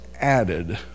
added